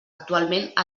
actualment